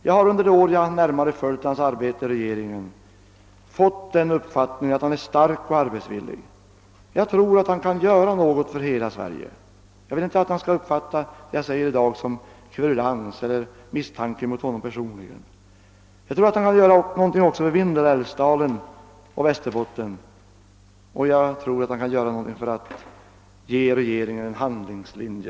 Jag har under de år jag har närmare följt hans arbete i regeringen fått den uppfattningen, att han är stark och arbetsvillig. Jag tror att han kan göra någonting för hela Sverige. Jag vill inte att han skall uppfatta det jag säger i dag såsom kverulans eller ett försök att misstänkliggöra honom personligen. Jag tror att han kan göra någonting för Vindelälvsdalen och Västerbotten, och jag tror att han kan göra någonting för att ge regeringen en handlingslinje.